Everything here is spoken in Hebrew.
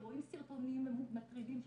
שרואים סרטונים מטרידים,